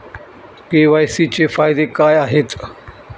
KYC चे फायदे काय आहेत?